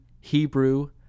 Hebrew